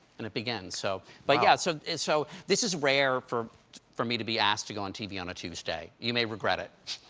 and it begins. so but yeah so so this is rare for for me to be asked to go on tv on a tuesday. you may regret it.